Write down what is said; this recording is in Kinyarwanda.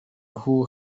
who